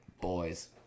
boys